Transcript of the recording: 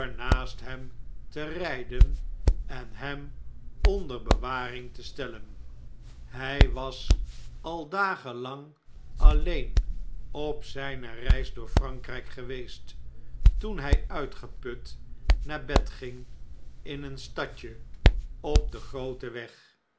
naast hem te rjjden en hem onder bewaring te stellen hii was al dagen lang alleen op zh'ne reis door erankrgk geweest toen hjj uitgeput naar bed ging in een stadje op den grooten weg